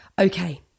Okay